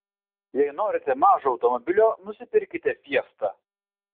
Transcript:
jei norite mažo automobilio nusipirkite fiesta